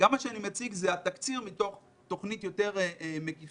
גם מה שאני מציג זה תקציר מתוך תוכנית יותר מקיפה,